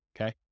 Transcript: okay